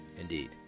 Indeed